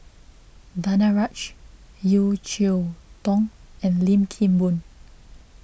Danaraj Yeo Cheow Tong and Lim Kim Boon